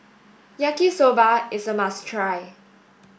Yaki Soba is a must try